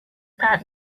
that